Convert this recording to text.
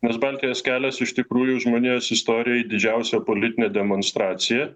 nes baltijos kelias iš tikrųjų žmonijos istorijoj didžiausia politinė demonstracija